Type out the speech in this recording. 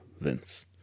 Vince